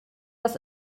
das